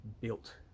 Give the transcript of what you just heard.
built